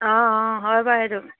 অঁ অঁ হয় বাৰু সেইটো